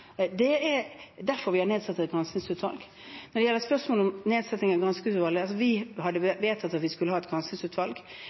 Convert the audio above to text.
Det er derfor vi har nedsatt et granskingsutvalg. Når det gjelder nedsetting av granskingsutvalget, hadde vi vedtatt at vi